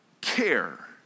care